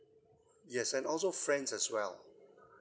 yes and also friends as well